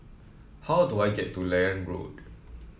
how do I get to Liane Road